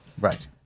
Right